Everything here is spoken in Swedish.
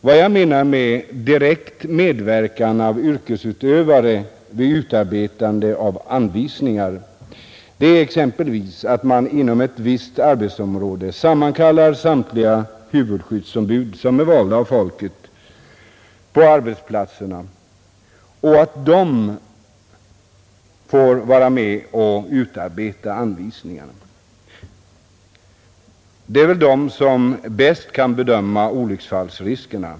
Vad jag menar med direkt medverkan av yrkesutövare vid utarbetande av anvisningar är exempelvis att man inom ett visst arbetsområde sammankallar samtliga huvudskyddsombud, som är valda av folket på arbetsplatserna, och att de får vara med och utarbeta anvisningarna. Det är väl de som bäst kan bedöma olycksfallsriskerna.